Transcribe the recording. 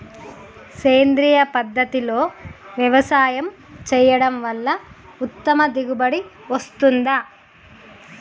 సేంద్రీయ పద్ధతుల్లో వ్యవసాయం చేయడం వల్ల ఉత్తమ దిగుబడి వస్తుందా?